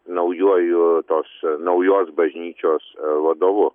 naujuoju tos naujos bažnyčios vadovu